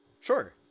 Sure